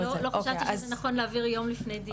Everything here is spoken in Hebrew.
כי לא חשבתי שזה נכון להעביר יום לפני דיון.